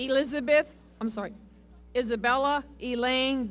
elizabeth i'm sorry isabella layin